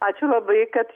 ačiū labai kad